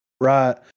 Right